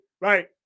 right